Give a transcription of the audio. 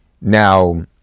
Now